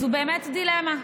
זאת בהחלט דילמה,